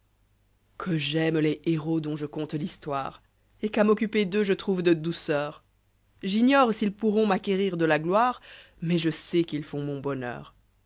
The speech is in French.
vjue j'aime les hérosdont je conte l'histoire et qu'à m'occuper d'eux je trouve de douceur j'ignore s'ils pourront m'acquérir de la gloire mais je sais qu'ils font mon bonheur